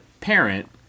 parent